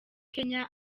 kenya